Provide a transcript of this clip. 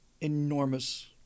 enormous